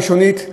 הראשונית,